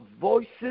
voices